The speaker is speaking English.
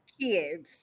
kids